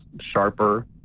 sharper